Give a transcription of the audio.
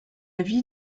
vie